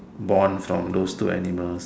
born from those two animals